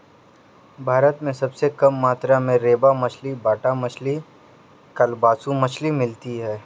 भारत में सबसे कम मात्रा में रेबा मछली, बाटा मछली, कालबासु मछली मिलती है